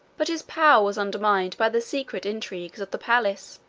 but his power was undermined by the secret intrigues of the palace.